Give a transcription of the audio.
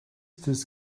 this